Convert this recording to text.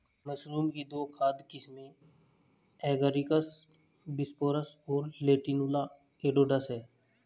mushroom की दो खाद्य किस्में एगारिकस बिस्पोरस और लेंटिनुला एडोडस है